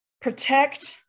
protect